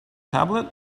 tablet